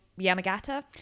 Yamagata